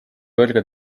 kõrge